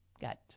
got